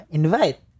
invite